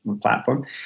platform